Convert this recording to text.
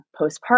postpartum